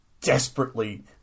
Desperately